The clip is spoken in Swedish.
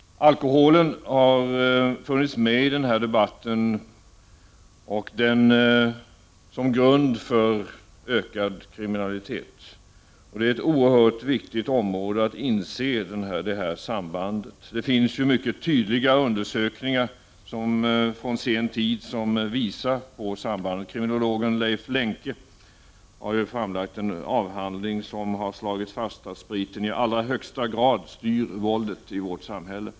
Alkoholen har funnits med i den här debatten som grund för ökad kriminalitet, och det är oerhört viktigt att inse sambandet. Det finns undersökningar från sen tid som tydligt visar på detta samband. Kriminologen Leif Lenke har ju framlagt en avhandling som slagit fast att spriten i allra högsta grad styr våldet i vårt samhälle.